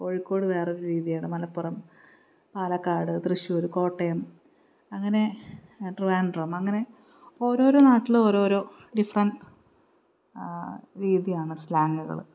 കോഴിക്കോട് വേറൊരു രീതിയാണ് മലപ്പുറം പാലക്കാട് തൃശ്ശൂർ കോട്ടയം അങ്ങനെ ട്രിവാൻഡ്രം അങ്ങനെ ഓരോരോ നാട്ടിൽ ഓരോരോ ഡിഫറൻ്റ് രീതിയാണ് സ്ലാങ്ങുകൾ